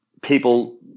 people